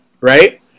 right